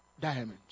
diamonds